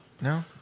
No